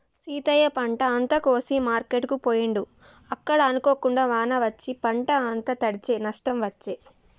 సీతయ్య పంట అంత కోసి మార్కెట్ కు పోయిండు అక్కడ అనుకోకుండా వాన వచ్చి పంట అంత తడిశె నష్టం వచ్చే